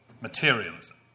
materialism